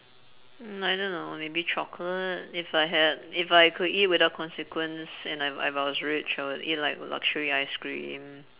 mm I don't know maybe chocolate if I had if I could eat without consequence and if if I was rich I would eat like luxury ice cream